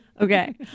Okay